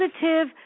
Positive